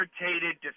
irritated